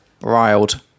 Riled